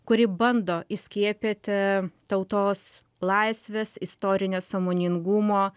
kuri bando įskiepyti tautos laisvės istorinio sąmoningumo